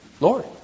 Lord